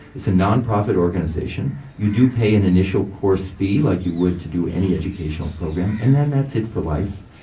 it's a nonprofit organization. you do pay an initial course fee, like you would to do any educational program, and then that's it for life.